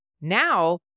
Now